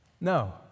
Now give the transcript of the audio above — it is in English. No